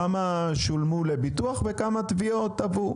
כמה שולמו לביטוח וכמה תביעות תבעו?